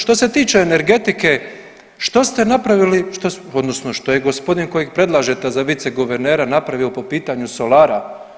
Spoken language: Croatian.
Što se tiče energetike što ste napravili, odnosno što je gospodin kojeg predlažete za viceguvernera napravio po pitanju solara.